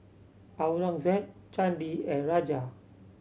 Aurangzeb Chandi and Raja